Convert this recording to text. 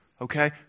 okay